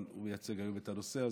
אבל הוא מייצג היום את הנושא הזה,